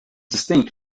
distinct